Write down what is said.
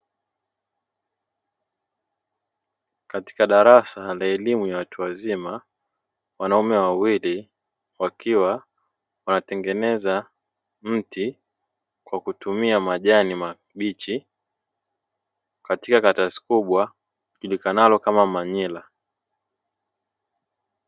Katika darasa la elimu ya watu wazima wanaume wawili wakiwa wanatengeneza mti kwa kutumia majani mabichi, katika karatasi kubwa ilikanalo kama manila.